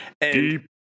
deep